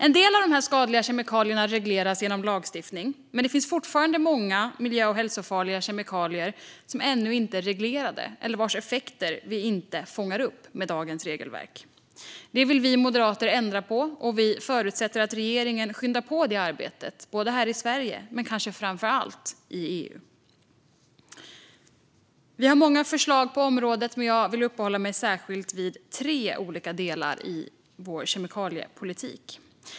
En del av dessa skadliga kemikalier regleras genom lagstiftning. Men det finns många miljö och hälsofarliga kemikalier som ännu inte är reglerade eller vars effekter vi inte fångar upp med dagens regelverk. Det vill vi moderater ändra på, och vi förutsätter att regeringen skyndar på det arbetet, både här i Sverige och kanske framför allt i EU. Vi har många förslag på området, men jag vill särskilt uppehålla mig vid tre olika delar i vår kemikaliepolitik.